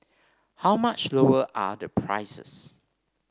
how much lower are the prices